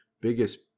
biggest